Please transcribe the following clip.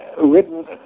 written